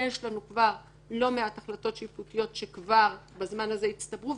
יש לנו כבר לא מעט החלטות שיפוטיות שכבר בזמן הזה הצטברו,